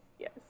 Yes